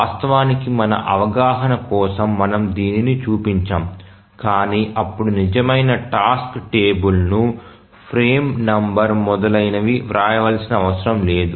వాస్తవానికి మన అవగాహన కోసం మనము దీనిని చూపించాము కాని అప్పుడు నిజమైన టాస్క్ టేబుల్ను ఫ్రేమ్ నంబర్ మొదలైనవి వ్రాయవలసిన అవసరం లేదు